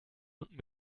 und